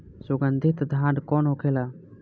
सुगन्धित धान कौन होखेला?